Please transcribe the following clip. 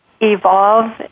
evolve